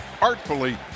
artfully